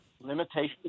limitations